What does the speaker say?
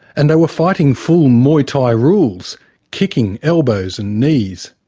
and they were fighting full muay thai rules kicking, elbows and knees.